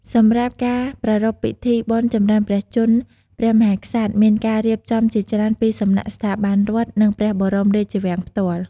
សម្រាប់ការប្រារព្ធពិធីបុណ្យចម្រើនព្រះជន្មព្រះមហាក្សត្រ មានការរៀបចំជាច្រើនពីសំណាក់ស្ថាប័នរដ្ឋ និងព្រះបរមរាជវាំងផ្ទាល់។